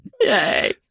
Yay